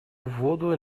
воду